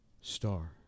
star